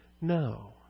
No